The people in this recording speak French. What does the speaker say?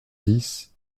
dix